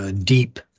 deep